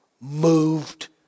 moved